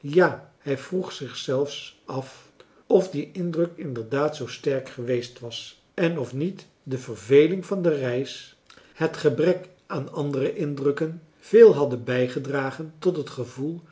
ja hij vroeg zich zelfs af of die indruk inderdaad zoo sterk geweest was en of niet de verveling van de reis het gebrek aan andere indrukken veel hadden bijgedragen tot het gevoel